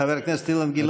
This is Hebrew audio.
חבר הכנסת אילן גילאון,